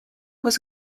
was